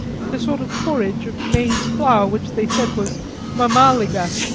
and a sort of porridge of maize flour which they said was mamaliga,